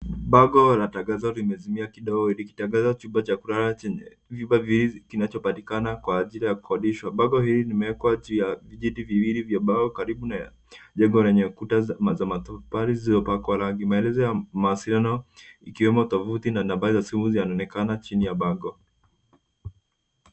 Bango la tangazo limezimia kidogo likitangaza chumba cha kulala chenye vyumba vingi kinachopatikana kwa ajili ya kukondishwa. Bango hili limewekwa juu ya vijiti viwili vya mbao karibu na jengo lenye kuta za matofali zimepakwa rangi. Maelezo ya mawasiliano ikiwemo tovuti na nambari za simu zinaonekana chini ya bango.